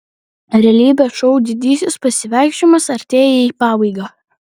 realybės šou didysis pasivaikščiojimas artėja į pabaigą